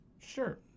Sure